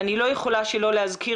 ואני לא יכולה שלא להזכיר,